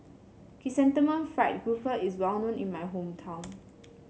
Chrysanthemum Fried Grouper is well known in my hometown